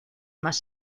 más